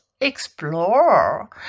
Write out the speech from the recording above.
explore